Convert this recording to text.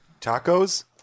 Tacos